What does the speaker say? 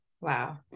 Wow